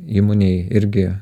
įmonėj irgi